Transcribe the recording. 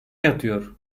yatıyor